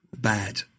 bad